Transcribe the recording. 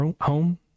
home